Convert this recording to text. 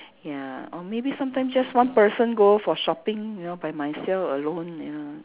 ya or maybe sometimes just one person go for shopping you know by myself alone ya